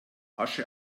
asche